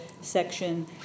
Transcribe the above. Section